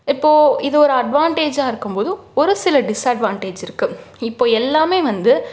இப்போ இது ஒரு அட்வான்டேஜாக இருக்கும்போதும் ஒரு சில டிஸ்அட்வான்டேஜ் இருக்கு இப்போ எல்லாமே வந்து